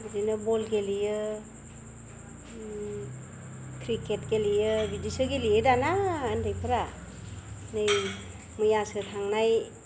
बिदिनो बल गेलेयो क्रिकेट गेलेयो बिदिसो गेलेयो दाना उन्दैफ्रा नै मैयासो थांनाय